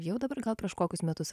jau dabar gal prieš kokius metus